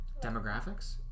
Demographics